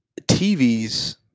TVs